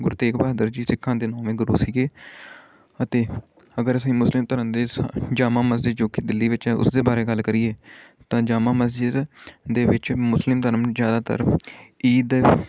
ਗੁਰੂ ਤੇਗ ਬਹਾਦਰ ਜੀ ਸਿੱਖਾਂ ਦੇ ਨੌਵੇਂ ਗੁਰੂ ਸੀਗੇ ਅਤੇ ਅਗਰ ਅਸੀਂ ਮੁਸਲਿਮ ਧਰਮ ਦੇ ਜਾਮਾ ਮਸਜਿਦ ਜੋ ਕਿ ਦਿੱਲੀ ਵਿੱਚ ਹੈ ਉਸ ਦੇ ਬਾਰੇ ਗੱਲ ਕਰੀਏ ਤਾਂ ਜਾਮਾ ਮਸਜਿਦ ਦੇ ਵਿੱਚ ਮੁਸਲਿਮ ਧਰਮ ਜ਼ਿਆਦਾਤਰ ਈਦ